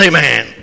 Amen